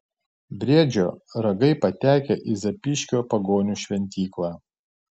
briedžio ragai patekę į zapyškio pagonių šventyklą